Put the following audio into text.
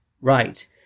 Right